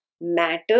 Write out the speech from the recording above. matter